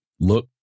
Look